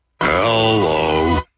Hello